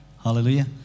Hallelujah